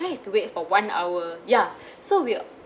then have to wait for one hour ya so we're